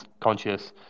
conscious